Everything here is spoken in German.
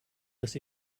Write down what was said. dass